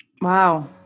Wow